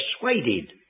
persuaded